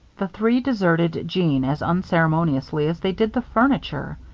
the three deserted jeanne as unceremoniously as they did the furniture.